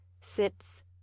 sits